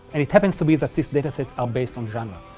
and it happens to be that these datasets are based on genre.